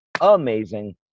Amazing